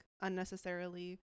unnecessarily